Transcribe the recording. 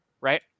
right